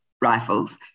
rifles